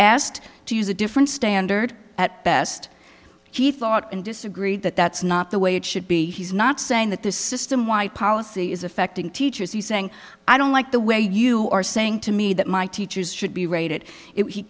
asked to use a different standard at best he thought and disagreed that that's not the way it should be he's not saying that this system wide policy is affecting teachers he's saying i don't like the way you are saying to me that my teachers should be rated if he